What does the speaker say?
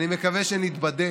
אני מקווה שנתבדה.